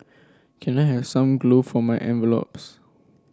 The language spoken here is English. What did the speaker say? can I have some glue for my envelopes